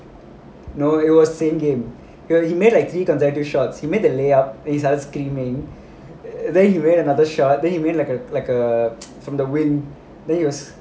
no it was same game you he made like three consecutive shots he made a layout he started screaming then he ran another shot then he went like a like a in the wind then he was